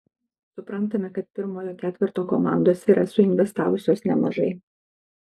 suprantame kad pirmojo ketverto komandos yra suinvestavusios nemažai